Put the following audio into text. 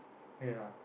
K lah